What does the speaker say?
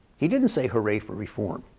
he didn't say, hooray for reform!